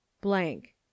Blank